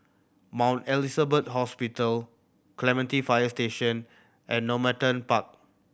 Mount Elizabeth Hospital Clementi Fire Station and Normanton Park